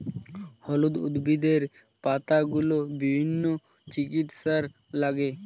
হলুদ উদ্ভিদের পাতাগুলো বিভিন্ন চিকিৎসায় লাগে